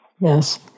Yes